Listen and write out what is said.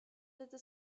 lite